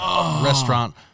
restaurant